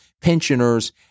pensioners